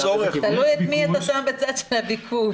תלוי את מי אתה שם בצד של הביקוש.